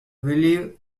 believe